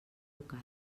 local